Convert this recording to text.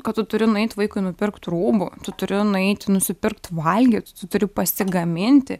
kad tu turi nueit vaikui nupirkt rūbų tu turi nueit nusipirkt valgyt tu turi pasigaminti